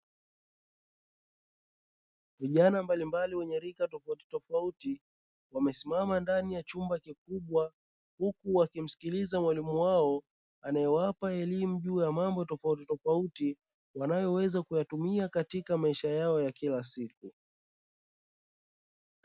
Vijana mbalimbali wenye rika tofautitofauti wamesimama ndani ya chumba kikubwa huku wakimsikiliza mwalimu wao, anaewapa elimu juu ya mambo tofauti tofauti wanaoweza kuyatumia katika maisha yao ya kila siku.